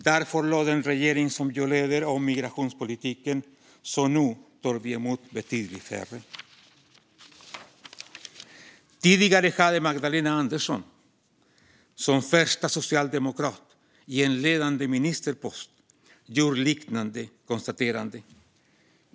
Därför lade den regering som jag leder om migrationspolitiken, så nu tar vi emot betydligt färre. Tidigare hade Magdalena Andersson, som första socialdemokrat på en ledande ministerpost, gjort liknande konstaterande.